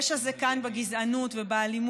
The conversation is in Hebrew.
יש"ע זה כאן בגזענות ובאלימות